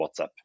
whatsapp